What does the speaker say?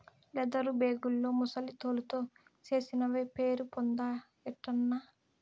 leather బేగుల్లో ముసలి తోలుతో చేసినవే పేరుపొందాయటన్నా